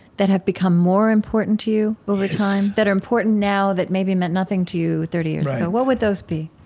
that have become more important to you over time, that are important now that maybe meant nothing to you thirty years ago. what would those be?